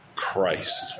Christ